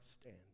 stand